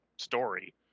story